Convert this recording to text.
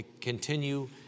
continue